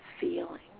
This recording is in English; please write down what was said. feeling